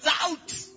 out